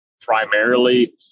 primarily